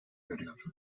görüyor